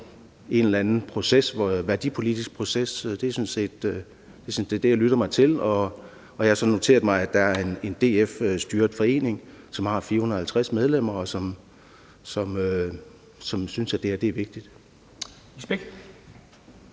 en eller en værdipolitisk proces. Det er det, jeg lytter mig til, og jeg har så noteret mig, at der er en DF-styret forening, som har 450 medlemmer, og som synes, at det her er vigtigt.